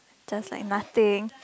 just like nothing